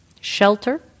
shelter